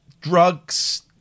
drugs